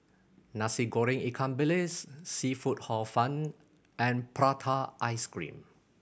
Nasi Goreng ikan bilis seafood Hor Fun and prata ice cream